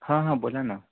हां हां बोला ना